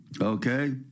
Okay